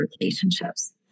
relationships